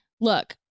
look